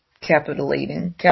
capitalizing